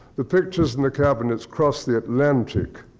the pictures in the cabinets cross the atlantic,